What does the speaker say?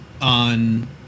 on